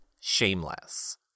shameless